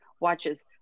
watches